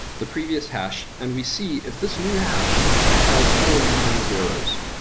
the previous hash, and we see if this new hash has four leading zeros.